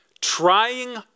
Trying